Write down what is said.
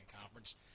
Conference